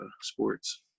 sports